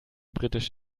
britisch